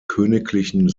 königlichen